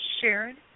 Sharon